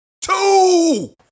Two